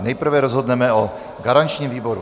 Nejprve rozhodneme o garančním výboru.